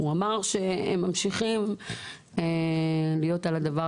הוא אמר שהם ממשיכים להיות על הדבר